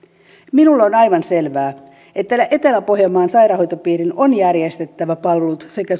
minulle on aivan selvää että etelä pohjanmaan sairaanhoitopiirin on järjestettävä palvelut sekä